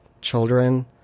children